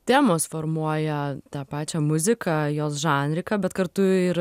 temos formuoja tą pačią muziką jos žanriką bet kartu ir